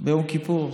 ביום כיפור?